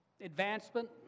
advancement